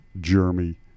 Jeremy